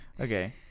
Okay